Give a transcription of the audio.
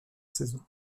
saison